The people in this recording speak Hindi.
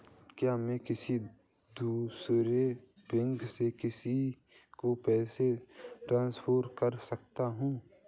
क्या मैं किसी दूसरे बैंक से किसी को पैसे ट्रांसफर कर सकता हूँ?